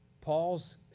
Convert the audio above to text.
Paul's